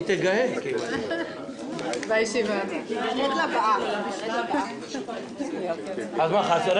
הישיבה ננעלה בשעה 14:22.